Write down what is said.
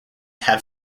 have